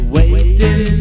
Waiting